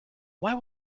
why